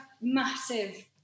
massive